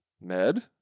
med